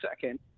second